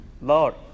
Lord